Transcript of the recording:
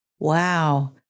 Wow